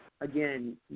again